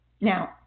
Now